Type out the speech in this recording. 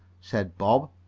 said bob.